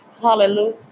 Hallelujah